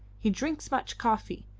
he drinks much coffee,